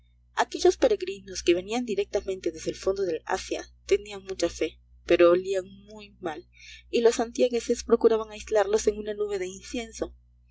aquellos peregrinos que venían directamente desde el fondo del asia tenían mucha fe pero olían muy mal y los santiagueses procuraban aislarlos en una nube de incienso